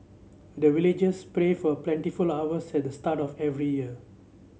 the villagers pray for plentiful harvest at the start of every year